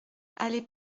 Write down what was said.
allée